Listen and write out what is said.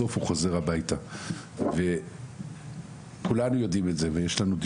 בסוף הוא חוזר הביתה וכולנו יודעים את זה ויש לנו גם